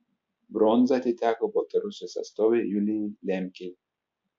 bronza atiteko baltarusijos atstovei julijai lemkei